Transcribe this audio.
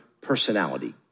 personality